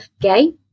gay